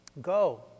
go